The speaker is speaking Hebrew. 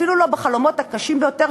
אפילו בחלומות הקשים ביותר,